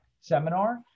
seminar